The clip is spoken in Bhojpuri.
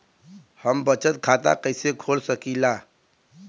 हम बचत खाता कईसे खोल सकिला?